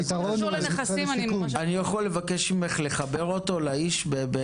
אני יכול לבקש ממך לחבר אותו לאיש בשיכון?